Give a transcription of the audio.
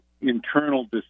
internal